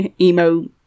emo